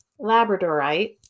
Labradorite